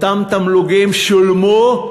אותם תמלוגים שולמו,